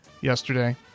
yesterday